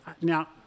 now